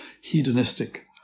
hedonistic